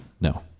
No